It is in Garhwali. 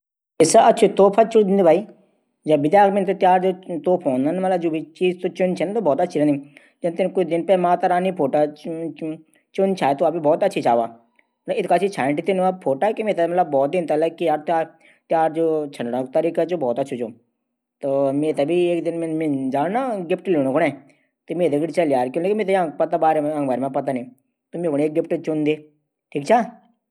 मिन सुणी तुम्हरू प्रमोशन हवेग्या यत बहुत कमाल बात हुव्येग्या तुमन य कनखै कारी अच्छा त बहुत मेहनत कन पुडदी बाई प्रमोशन कू। बहुत सिफारिश लगाण पुडदी और म्यार काम भी इन छाई कि उनथै म्यार प्रमोशन कन प्वाडी काफी टैम से रूंकू छाई म्यार प्रमोशन रुकावट आणी छाई लेकिन इबरी म्यार प्रमोशन ह्वे ही ग्याई इले आप सभी लुखू धन्यवाद